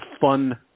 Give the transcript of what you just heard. fun